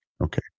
Okay